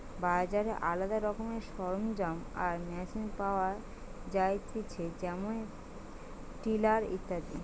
বাজারে আলদা রকমের সরঞ্জাম আর মেশিন পাওয়া যায়তিছে যেমন টিলার ইত্যাদি